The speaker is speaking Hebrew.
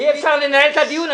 אי-אפשר לנהל את הדיון,